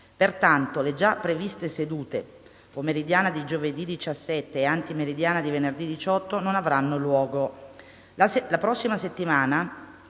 Pertanto, le già previste sedute pomeridiana di giovedì 17 e antimeridiana di venerdì 18 non avranno luogo. La prossima settimana,